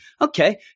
Okay